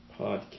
podcast